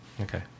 Okay